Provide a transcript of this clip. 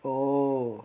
oh